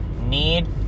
need